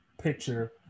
picture